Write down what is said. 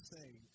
saved